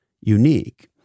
unique